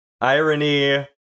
Irony